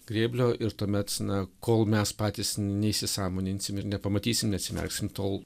grėblio ir tuomet na kol mes patys neįsisąmoninsim ir nepamatysim neatsimerksim tol